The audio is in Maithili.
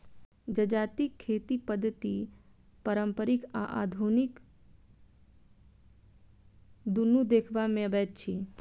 जजातिक खेती पद्धति पारंपरिक आ आधुनिक दुनू देखबा मे अबैत अछि